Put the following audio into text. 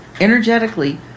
energetically